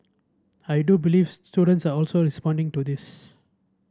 and I do believe students are also responding to this